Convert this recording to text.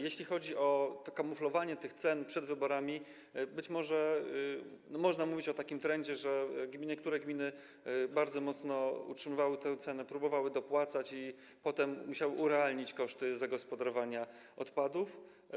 Jeśli chodzi o kamuflowanie tych cen przed wyborami, to być może można mówić o takim trendzie, że niektóre gminy bardzo mocno utrzymywały tę cenę, próbowały dopłacać i potem musiały urealnić koszty zagospodarowania odpadów.